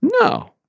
No